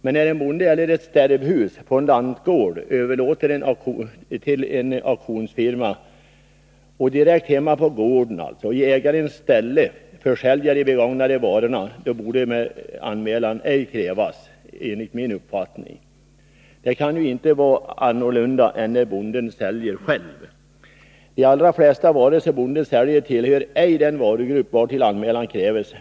Men när en bonde eller ett sterbhus på en lantgård överlåter åt en auktionsfirma att direkt hemma på gården i ägarens ställe försälja de begagnade varorna, borde enligt min uppfattning anmälan ej krävas. Det kan ju inte vara annorlunda än när bonden säljer själv. De allra flesta varor som bonden säljer tillhör ej den varugrupp för vilken anmälan krävs.